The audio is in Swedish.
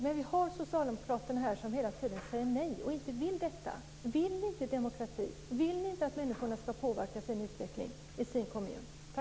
Men socialdemokraterna säger hela tiden nej och vill inte detta. Vill ni inte demokrati? Vill ni inte att människorna ska påverka utvecklingen i sin kommun?